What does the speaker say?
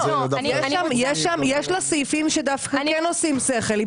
יש סעיפים שדווקא כן עושים שכל.